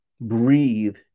breathe